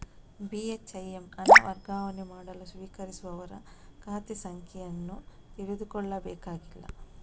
ಬಿ.ಹೆಚ್.ಐ.ಎಮ್ ಹಣ ವರ್ಗಾವಣೆ ಮಾಡಲು ಸ್ವೀಕರಿಸುವವರ ಖಾತೆ ಸಂಖ್ಯೆ ಅನ್ನು ತಿಳಿದುಕೊಳ್ಳಬೇಕಾಗಿಲ್ಲ